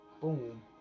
Boom